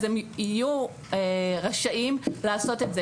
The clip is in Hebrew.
אז הם יהיו רשאים לעשות את זה,